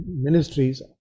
ministries